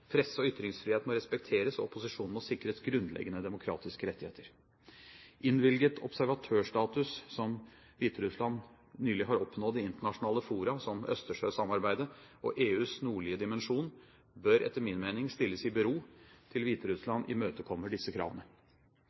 Presse- og ytringsfrihet må respekteres, og opposisjonen må sikres grunnleggende demokratiske rettigheter. Innvilget observatørstatus, som Hviterussland nylig har oppnådd i internasjonale fora, som i Østersjøsamarbeidet og EUs nordlige dimensjon, bør etter min mening stilles i bero til Hviterussland imøtekommer disse kravene.